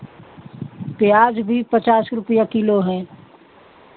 प्याज भी पचास रुपैया किलो है